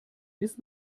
bis